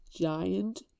giant